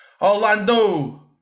Orlando